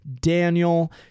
Daniel